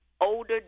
older